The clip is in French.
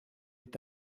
est